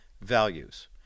values